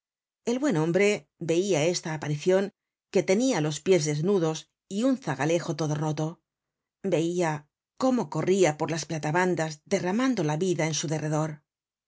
el buen hombre veia esta aparicion que tenia los pies desnudos y un zagalejo todo roto veia decimos cómo corria por las platabandas derramando la vida en su der